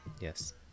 yes